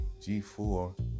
G4